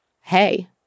hey